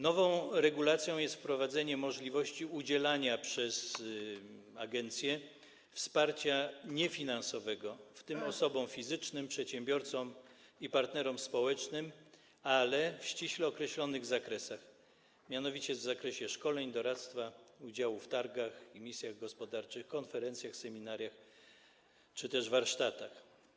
Nową regulacją jest wprowadzenie możliwości udzielania przez agencję wsparcia niefinansowego, w tym osobom fizycznym, przedsiębiorcom i partnerom społecznym, ale w ściśle określonych zakresach, mianowicie w zakresie szkoleń, doradztwa, udziału w targach i misjach gospodarczych, konferencjach, seminariach czy też warsztatach.